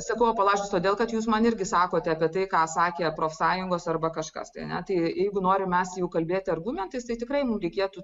sakau apie laiškus todėl kad jūs man irgi sakote apie tai ką sakė profsąjungos arba kažkas tai ne tai jeigu norim mes jau kalbėti argumentais tai tikrai mums reikėtų